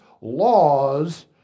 laws